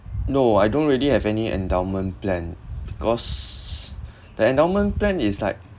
no I don't really have any endowment plan because the endowment plan is like